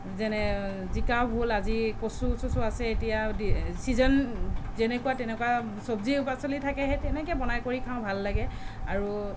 যেনে জিকা ভোল আজি কচু চচু আছে এতিয়া চিজন যেনেকুৱা তেনেকুৱা চব্জি বা যি পাচলিও থাকে সেই তেনেকেই বনাই কৰি খাওঁ ভাল লাগে আৰু